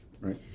right